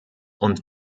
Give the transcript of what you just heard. und